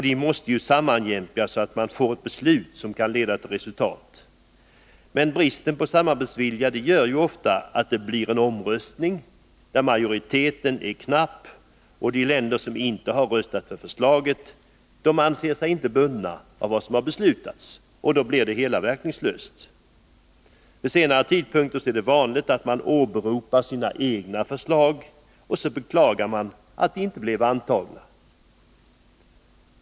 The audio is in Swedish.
Dessa måste sammanjämkas så att man får beslut som kan leda till resultat. Bristen på samarbetsvilja orsakar dock ofta en omröstning där majoriteten är knapp. De länder som inte röstat för förslaget anser sig inte bundna av vad som har beslutats — och beslutet blir verkningslöst. Vid senare tidpunkter åberopar länderna vanligen sina egna förslag och beklagar att de inte blev antagna.